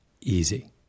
Easy